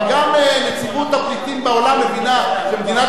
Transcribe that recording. אבל גם נציבות הפליטים בעולם מבינה שמדינת